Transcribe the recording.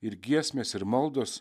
ir giesmės ir maldos